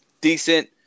decent